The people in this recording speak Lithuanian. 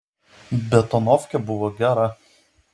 betonovkė buvo gera